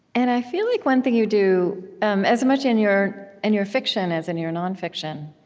and i feel like one thing you do um as much in your and your fiction as in your nonfiction,